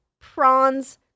prawns